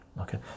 okay